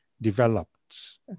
developed